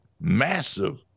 massive